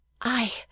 I